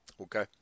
Okay